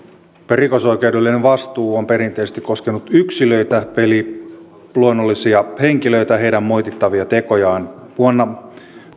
rikosoikeudellinen vastuu on perinteisesti koskenut yksilöitä eli luonnollisia henkilöitä ja heidän moitittavia tekojaan vuonna